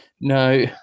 No